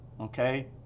Okay